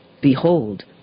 Behold